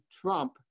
Trump